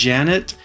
Janet